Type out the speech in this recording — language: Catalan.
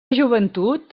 joventut